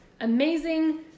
amazing